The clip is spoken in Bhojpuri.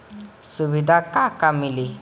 सुविधा का का मिली?